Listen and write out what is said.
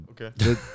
Okay